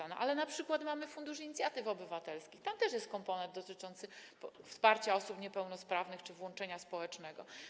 Ale mamy również np. Fundusz Inicjatyw Obywatelskich, tam też jest komponent dotyczący wsparcia osób niepełnosprawnych czy włączenia społecznego.